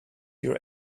your